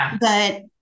but-